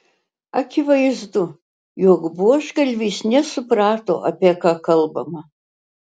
akivaizdu jog buožgalvis nesuprato apie ką kalbama